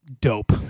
dope